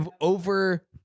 over